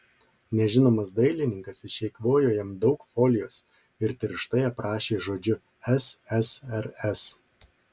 nežinomas dailininkas išeikvojo jam daug folijos ir tirštai aprašė žodžiu ssrs